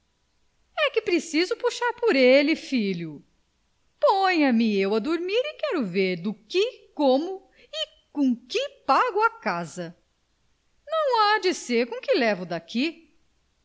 e que é preciso puxar por ele filho ponha me eu a dormir e quero ver do que como e com que pago a casa não há de ser com o que levo daqui